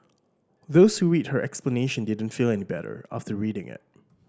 those who read her explanation didn't feel any better after reading it